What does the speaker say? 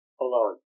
alone